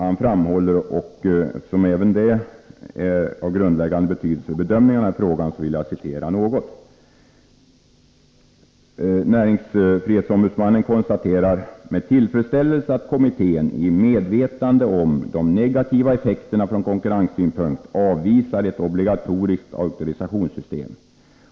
Eftersom NO:s uppfattning har grundläggande betydelse för synen på denna fråga, vill jag något citera även det som han framhåller: ”NO konstaterar med tillfredsställelse att kommittén i medvetande om de negativa effekterna från konkurrenssynpunkt avvisar ett obligatoriskt auktorisationssystem.